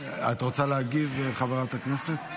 את רוצה להגיב, חברת הכנסת?